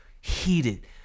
Heated